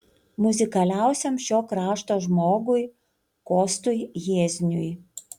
muzikaliausiam šio krašto žmogui kostui jiezniui